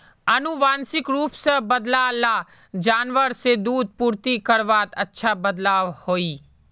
आनुवांशिक रूप से बद्लाल ला जानवर से दूध पूर्ति करवात अच्छा बदलाव होइए